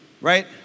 Right